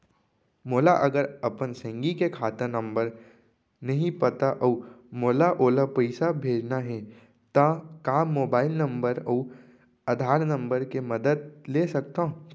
मोला अगर अपन संगी के खाता नंबर नहीं पता अऊ मोला ओला पइसा भेजना हे ता का मोबाईल नंबर अऊ आधार नंबर के मदद ले सकथव?